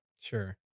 Sure